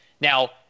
Now